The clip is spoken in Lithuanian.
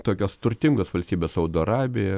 tokios turtingos valstybės saudo arabija